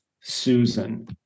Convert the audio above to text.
Susan